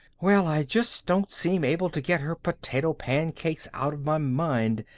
well, i just don't seem able to get her potato pancakes out of my mind.